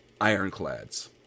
Ironclads